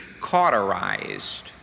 cauterized